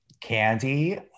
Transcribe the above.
Candy